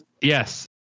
Yes